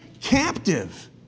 captive